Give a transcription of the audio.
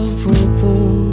purple